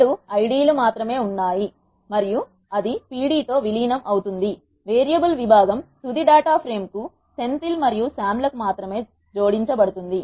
2 I D లు మాత్రమే ఉన్నాయి మరియు అది pd తో విలీనం అవుతుంది వేరియబుల్ విభాగం తుది డాటా ప్రేమ్ కిసెంథిల్ మరియు సామ్ లకు మాత్రమే జోడించబడుతోంది